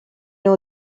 know